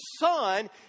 son